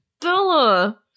Bella